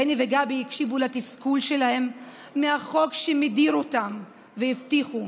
בני וגבי הקשיבו לתסכול שלהם מהחוק שמדיר אותם והבטיחו,